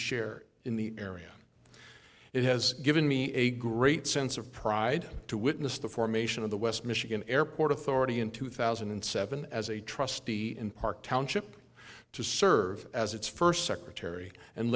share in the area it has given me a great sense of pride to witness the formation of the west michigan airport authority in two thousand and seven as a trustee in park township to serve as its first secretary and